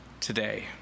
today